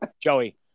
Joey